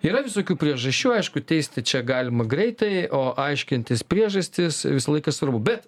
yra visokių priežasčių aišku teisti čia galima greitai o aiškintis priežastis visą laiką svarbu bet